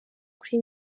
kuri